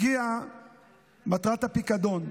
הגיעה הפיקדון.